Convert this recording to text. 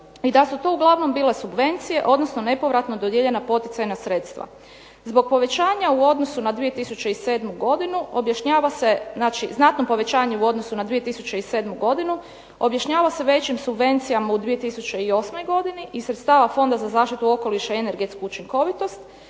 i da su to uglavnom bile subvencije, odnosno nepovratno dodijeljena poticajna sredstva. Zbog povećanja u odnosu na 2007. godinu objašnjava se, znači znatnom povećanju u odnosu na 2007. godinu. Objašnjava se većim subvencijama u 2008. godini i sredstava Fonda za zaštitu okoliša i energetsku učinkovitost.